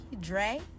Dre